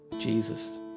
Jesus